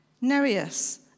Nereus